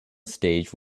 stage